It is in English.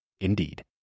Indeed